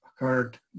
occurred